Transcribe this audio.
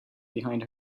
behind